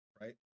right